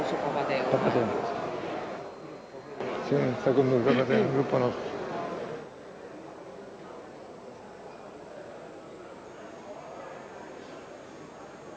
il suo compito